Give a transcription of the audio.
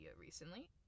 recently